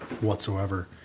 whatsoever